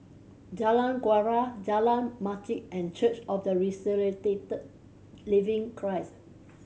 Jalan Kuala Jalan Masjid and Church of the Resurrected Living Christ